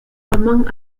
among